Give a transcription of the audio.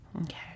Okay